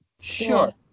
Sure